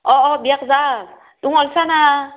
অ' অ' বিয়াত যাম তুমি ওলাইছা ন